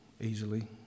easily